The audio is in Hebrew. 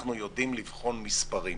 אנחנו יודעים לבחון מספרים.